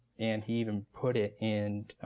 and he even put it in i